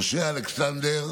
הושע אלכסנדר,